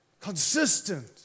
Consistent